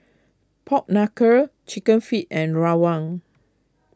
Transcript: Pork Knuckle Chicken Feet and Rawon